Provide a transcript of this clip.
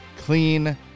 clean